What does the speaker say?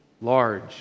large